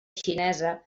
xinesa